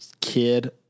kid